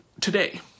today